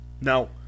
No